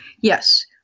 Yes